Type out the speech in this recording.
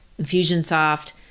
Infusionsoft